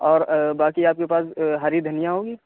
اور باقی آپ کے پاس ہری دھنیا ہوگی